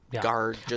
guard